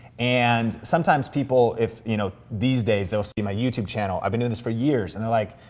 and sometimes people, if, you know, these days, they'll skim a youtube channel. i've been doing this for years and they're like,